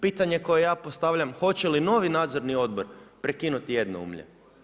Pitanje koje ja postavljam, hoće li novi nadzorni odbor prekinuti jednoumlje?